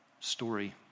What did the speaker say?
story